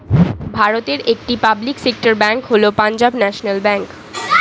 ভারতের একটি public sector bank হল পাঞ্জাব ন্যাশনাল ব্যাঙ্ক